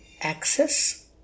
access